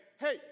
hey